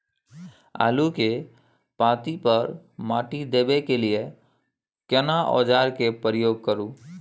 आलू के पाँति पर माटी देबै के लिए केना औजार के प्रयोग करू?